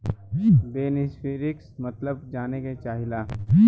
बेनिफिसरीक मतलब जाने चाहीला?